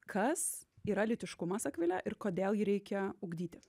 kas yra lytiškumas akvile ir kodėl jį reikia ugdyti